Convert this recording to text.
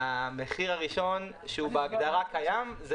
המחיר הראשון שהוא בהגדרה קיים זה